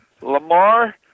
Lamar